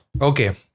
okay